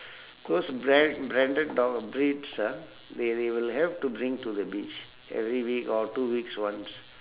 those bra~ branded dog breeds ah they they will have to bring to the beach every week or two weeks once